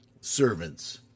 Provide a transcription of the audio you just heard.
Servants